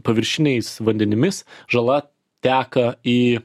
paviršiniais vandenimis žala teka į